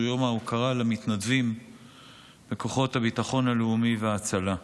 הוא יום ההוקרה למתנדבים לכוחות הביטחון הלאומי וההצלה.